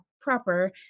proper